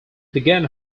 began